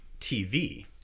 TV